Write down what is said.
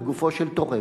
בגופו של תורם.